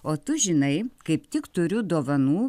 o tu žinai kaip tik turiu dovanų